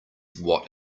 what